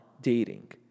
dating